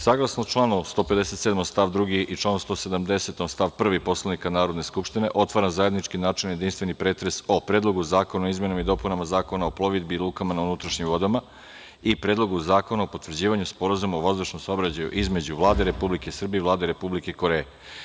Saglasno članu 157. stav 2. i članu 178. stav 1. Poslovnika Narodne skupštine, otvaram zajednički načelni jedinstveni pretres o Predlogu zakona o izmenama i dopunama Zakona o plovidbi i lukama na unutrašnjim vodama i Predlogu zakona o potvrđivanju Sporazuma o vazdušnom saobraćaju između Vlade Republike Srbije i Vlade Republike Koreje.